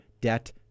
debt